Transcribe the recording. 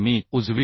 मी